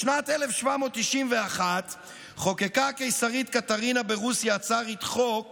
בשנת 1791 חוקקה הקיסרית קטרינה ברוסיה הצארית חוק